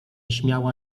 śmiała